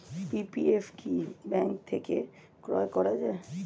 PPF কি bank থেকে ক্রয় করা যায়?